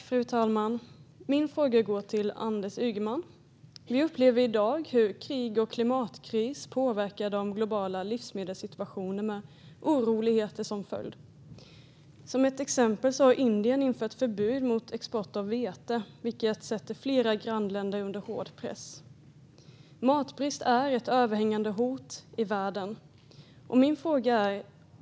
Fru talman! Min fråga går till Anders Ygeman. Vi upplever i dag hur krig och klimatkris påverkar den globala livsmedelssituationen med oroligheter som följd. Exempelvis har Indien infört ett förbud mot export av vete, vilket sätter flera grannländer under hård press. Matpris är ett överhängande hot i världen.